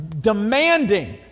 demanding